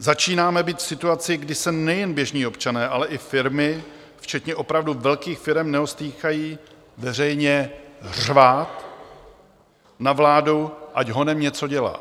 Začínáme být v situaci, kdy se nejen běžní občané, ale i firmy včetně opravdu velkých firem neostýchají veřejně řvát na vládu, ať honem něco dělá,